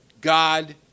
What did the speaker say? God